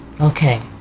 Okay